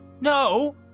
no